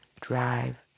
drive